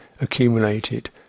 accumulated